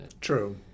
True